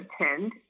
attend